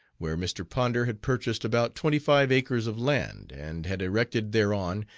where mr. ponder had purchased about twenty-five acres of land and had erected thereon,